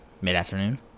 mid-afternoon